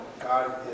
God